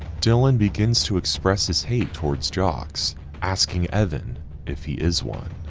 dylan begins to express his hate towards jocks asking evan if he is one.